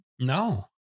No